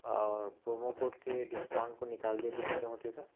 اور promo code کے discount کو نکال دیں تو کتنے ہوتے ہیں سر